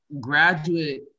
graduate